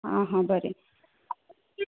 आ हा बरें